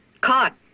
caught